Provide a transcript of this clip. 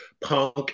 Punk